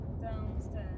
downstairs